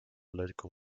local